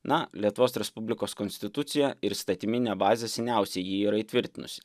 na lietuvos respublikos konstitucija ir įstatyminė bazė seniausiai jį yra įtvirtinusi